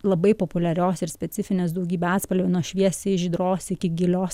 labai populiarios ir specifinės daugybė atspalvių nuo šviesiai žydros iki gilios